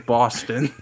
Boston